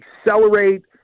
accelerate